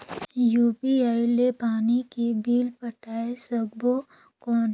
UPI ले पानी के बिल पटाय सकबो कौन?